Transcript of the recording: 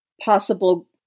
possible